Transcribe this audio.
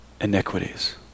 iniquities